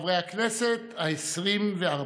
הכנסת העשרים-וארבע,